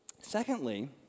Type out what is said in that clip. Secondly